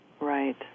Right